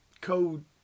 Code